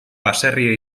baserria